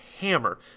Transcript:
hammer